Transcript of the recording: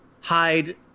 hide